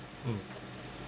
mm